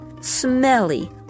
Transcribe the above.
smelly